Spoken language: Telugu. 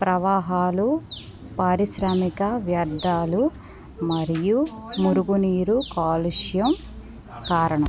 ప్రవాహాలు పారిశ్రామిక వ్యర్ధాలు మరియు మురుగు నీరు కాలుష్యంకి కారణం